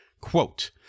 Quote